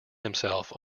himself